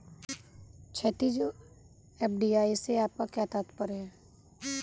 क्षैतिज, एफ.डी.आई से आपका क्या तात्पर्य है?